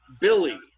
Billy